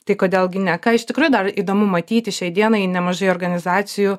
tai kodėl gi ne ką iš tikrųjų dar įdomu matyti šiai dienai nemažai organizacijų